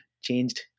changed